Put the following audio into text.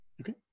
Okay